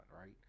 right